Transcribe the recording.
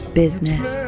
business